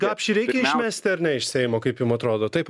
gapšį reikia išmesti ar ne iš seimo kaip jum atrodo taip